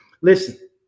Listen